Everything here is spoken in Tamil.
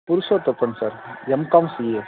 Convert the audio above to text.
Purushothappan sir M Com CA